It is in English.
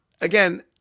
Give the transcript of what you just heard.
again